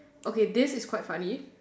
okay this is quite funny